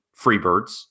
Freebirds